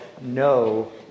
no